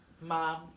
Mom